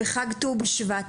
בחג ט"ו בשבט,